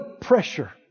pressure